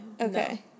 Okay